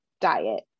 diet